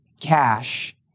cash